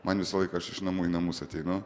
man visą laiką aš iš namų į namus ateinu